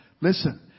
Listen